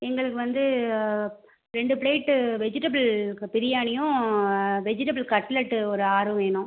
எங்களுக்கு வந்து ரெண்டு ப்ளேட்டு வெஜிடபிள் பிரியாணியும் வெஜிடபிள் கட்லட்டு ஒரு ஆறும் வேணும்